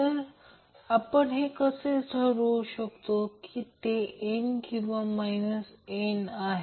तर f0175 kilohertz दिले आहे